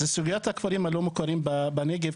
זה סוגיית הכפרים הלא מוכרים בנגב,